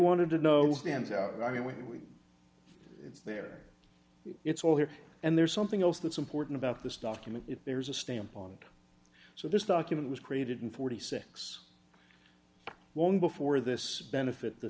wanted to know and i mean we there it's all here and there's something else that's important about this document if there's a stamp on it so this document was created in forty six long before this benefit the